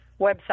website